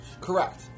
Correct